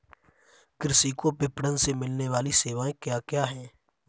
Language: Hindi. कृषि को विपणन से मिलने वाली सेवाएँ क्या क्या है